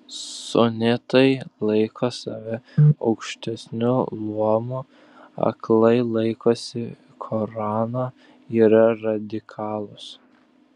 sunitai laiko save aukštesniu luomu aklai laikosi korano yra radikalūs